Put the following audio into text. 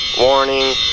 warning